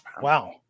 Wow